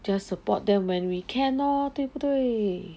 just support them when we can lor 对不对